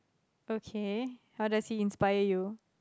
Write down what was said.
okay how does he inspire you